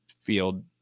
field